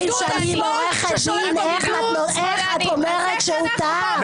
את 22 שנים עורכת דין, איך את אומרת שהוא טעה?